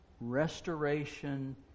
restoration